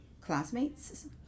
classmates